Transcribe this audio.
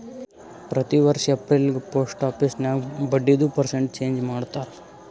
ಪ್ರತಿ ವರ್ಷ ಎಪ್ರಿಲ್ಗ ಪೋಸ್ಟ್ ಆಫೀಸ್ ನಾಗ್ ಬಡ್ಡಿದು ಪರ್ಸೆಂಟ್ ಚೇಂಜ್ ಮಾಡ್ತಾರ್